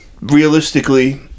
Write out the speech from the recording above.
realistically